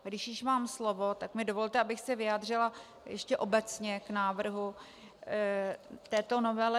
Když už mám slovo, tak mi dovolte, abych se vyjádřila ještě obecně k návrhu této novely.